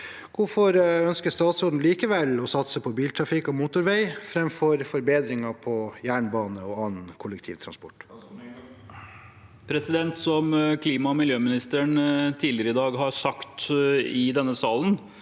Hvorfor ønsker statsråden likevel å satse på biltrafikk og motorvei fremfor forbedringer på jernbane og annen kollektivtransport?» Statsråd Jon-Ivar Nygård Som klima- og miljøministeren tidligere i dag har sagt i denne salen,